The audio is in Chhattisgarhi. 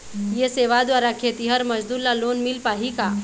ये सेवा द्वारा खेतीहर मजदूर ला लोन मिल पाही का?